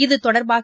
இத்தொடர்பாக